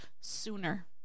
sooner